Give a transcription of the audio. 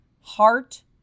Heart